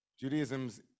Judaism's